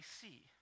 see